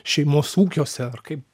šeimos ūkiuose ar kaip